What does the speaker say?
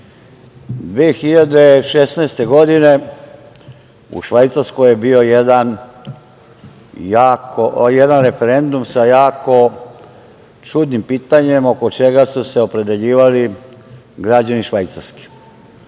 2016. godine u Švajcarskoj je bio jedan referendum sa jako čudnim pitanjem oko čega su se opredeljivali građani Švajcarske.